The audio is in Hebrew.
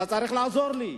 אתה צריך לעזור לי.